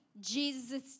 Jesus